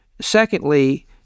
Secondly